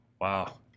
Wow